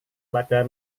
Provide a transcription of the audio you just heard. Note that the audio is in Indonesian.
pada